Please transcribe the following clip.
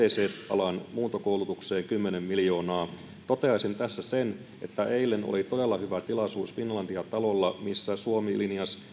alan muuntokoulutukseen kymmenen miljoonaa toteaisin tässä sen että eilen oli todella hyvä tilaisuus finlandia talolla missä suomi linjasi